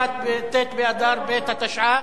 ט' באדר ב' התשע"א,